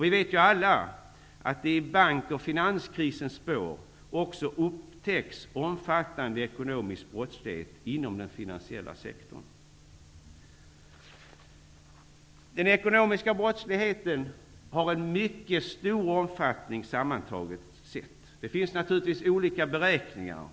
Vi vet alla att det i bank och finanskrisens spår upptäcks omfattande ekonomisk brottslighet inom den finansiella sektorn. Den ekonomiska brottsligheten har sammantaget en mycket stor omfattning. Det finns naturligtvis olika beräkningar.